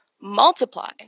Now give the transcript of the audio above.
Multiply